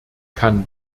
kann